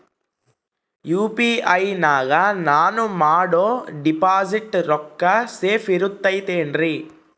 UPI ನಾಗ ನಾನು ಮಾಡೋ ಡಿಪಾಸಿಟ್ ರೊಕ್ಕ ಸೇಫ್ ಇರುತೈತೇನ್ರಿ?